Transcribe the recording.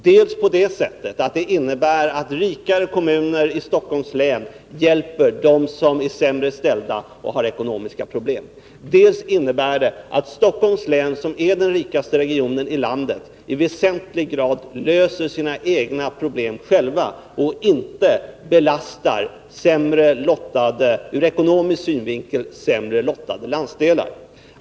Dels innebär den att rikare kommuner i Stockholms län hjälper dem som är sämre ställda och har ekonomiska problem, dels innebär den att Stockholms län, som är den rikaste regionen i landet, i väsentlig grad löser sina egna problem självt och inte belastar ur ekonomisk synvinkel sämre lottade landsdelar.